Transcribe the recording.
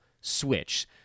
switch